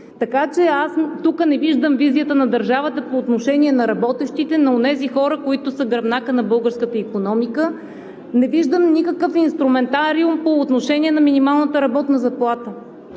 по-ниски? Тук не виждам визията на държавата по отношение на работещите, на онези хора, които са гръбнакът на българската икономика, не виждам никакъв инструментариум по отношение на минималната работна заплата.